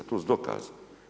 To su dokazi.